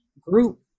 Group